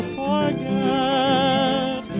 forget